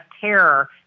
terror